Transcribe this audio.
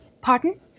Pardon